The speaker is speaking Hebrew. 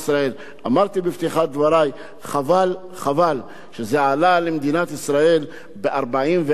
חבל שזה עלה למדינת ישראל ב-44 אנשים טובים,